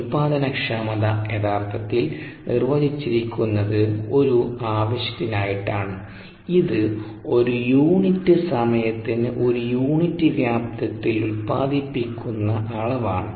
ഉൽപാദനക്ഷമത യഥാർത്ഥത്തിൽ നിർവചിച്ചിരിക്കുന്നത് ആ ആവശ്യത്തിനായിട്ടാണ് ഇത് ഒരു യൂണിറ്റ് സമയത്തിന് ഒരു യൂണിറ്റ് വ്യാപ്തത്തിൽ ഉൽപാദിപ്പിക്കുന്ന അളവാണ്